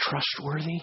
trustworthy